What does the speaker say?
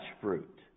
fruit